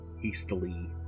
hastily